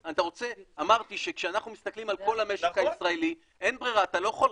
תהיה קשוב, בבקשה, כדי שנוכל ל --- אני אהיה